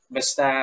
Basta